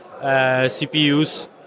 CPUs